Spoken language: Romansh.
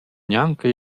gnanca